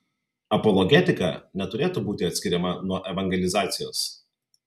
apologetika neturėtų būti atskiriama nuo evangelizacijos